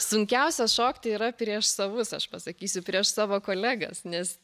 sunkiausia šokti yra prieš savus aš pasakysiu prieš savo kolegas nes